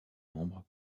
membres